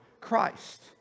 Christ